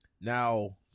Now